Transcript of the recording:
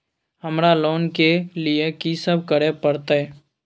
हमरा लोन के लिए की सब करे परतै?